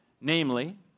namely